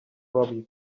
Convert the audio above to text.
robbie